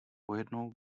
pojednou